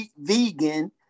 vegan